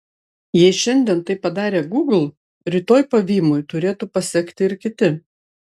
jei šiandien tai padarė gūgl rytoj pavymui turėtų pasekti ir kiti